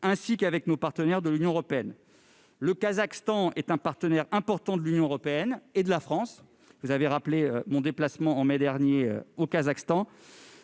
ainsi qu'avec ses partenaires de l'Union. Le Kazakhstan est un partenaire important de l'Union et de la France- vous avez rappelé mon déplacement en mai dernier dans